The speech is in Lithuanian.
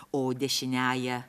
o dešiniąja